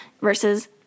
versus